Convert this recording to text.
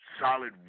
solid